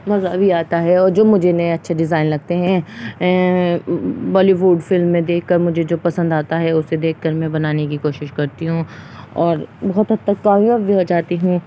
مذہ بھیی آتا ہے اور جو مجھے نئے اچھے ڈیزائن لگتے ہیں بالی ووڈ فلم میں دیکھ کر مجھے جو پسند آتا ہے اسے دیکھ کر میں بنانے کی کوشش کرتی ہوں اور بہت حد تک کامیاب بھی ہو جاتی ہوں